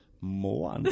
more